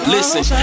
Listen